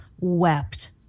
wept